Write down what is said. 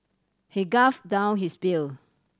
he gulp down his beer